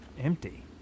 empty